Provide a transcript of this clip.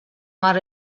mar